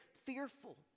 fearful